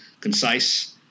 concise